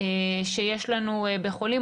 שיש לנו בחולים,